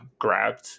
grabbed